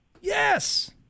Yes